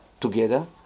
together